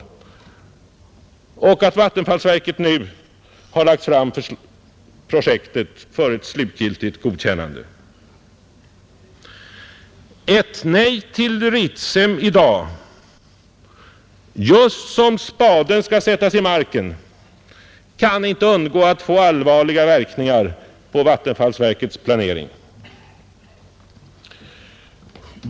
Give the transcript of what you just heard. Det är också naturligt och korrekt att vattenfallsverket nu har lagt fram projektet för ett slutgiltigt godkännande. Ett nej till Ritsem i dag, just som spaden skall sättas i marken, måste oundgängligen få allvarliga verkningar på vattenfallsverkets planering.